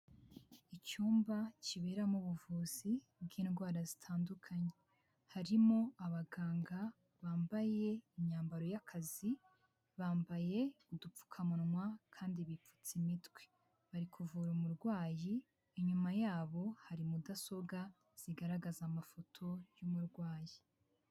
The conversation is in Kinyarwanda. Icyumba kiberamo ubuvuzi bw'indwara zitandukanye harimo abaganga bambaye imyambaro y'akazi, bambaye udupfukamunwa kandi bipfutse imitwe. Bari kuvura umurwayi, inyuma yabo hari mudasobwa zigaragaza amafoto y'umurwayi.